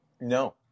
No